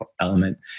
element